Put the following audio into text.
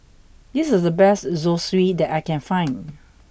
this is the best Zosui that I can find